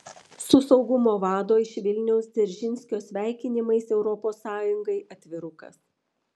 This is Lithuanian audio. su saugumo vado iš vilniaus dzeržinskio sveikinimais europos sąjungai atvirukas